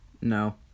No